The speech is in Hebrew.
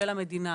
של המדינה,